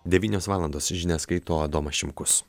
devynios valandos žinias skaito adomas šimkus